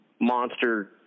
monster